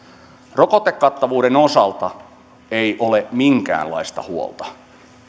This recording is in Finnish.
rokotekattavuuden osalta ei ole minkäänlaista huolta